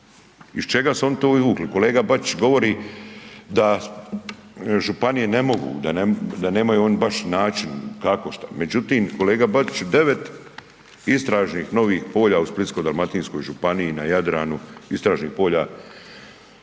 Iz čega su oni to vukli, kolega Bačić govori da županije ne mogu, da nemaju oni baš način kako šta, međutim kolega Bačiću 9 istražnih novih istražnih polja u Splitsko-dalmatinskoj županiji na Jadranu, istražnih polja